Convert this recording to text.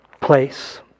place